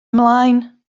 ymlaen